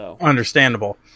Understandable